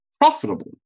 profitable